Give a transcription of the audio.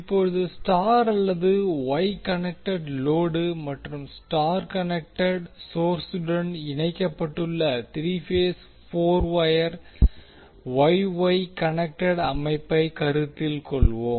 இப்போது ஸ்டார் அல்லது Y connected load star connected சொர்ஸுடன் இணைக்கப்பட்டுள்ள three phase 4 wire Y Y connected அமைப்பைக் கருத்தில் கொள்வோம்